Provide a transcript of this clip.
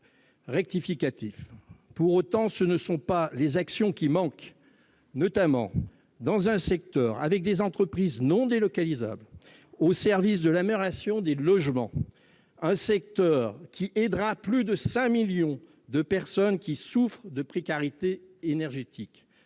Pour autant, ce ne sont pas les actions qui manquent, notamment dans un secteur qui compte des entreprises non délocalisables au service de l'amélioration des logements, un secteur qui aidera plus de 5 millions de personnes souffrant de précarité énergétique,